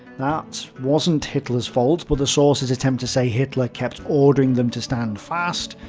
that wasn't hitler's fault, but the sources attempt to say hitler kept ordering them to stand fast.